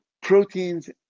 proteins